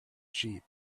sheep